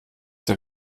der